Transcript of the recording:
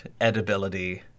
edibility